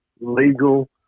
legal